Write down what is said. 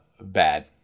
bad